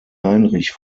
heinrich